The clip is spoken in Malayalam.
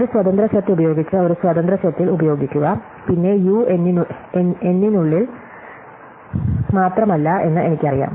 ഒരു സ്വതന്ത്ര സെറ്റ് ഉപയോഗിച്ച് ഒരു സ്വതന്ത്ര സെറ്റിൽ ഉപയോഗിക്കുക പിന്നെ യു എന്നിനുള്ളിൽ മാത്രമല്ല എന്ന് എനിക്കറിയാം